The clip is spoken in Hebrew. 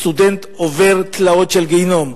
סטודנט עובר תלאות של גיהינום,